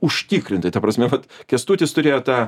užtikrintai ta prasme vat kęstutis turėjo tą